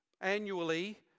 Annually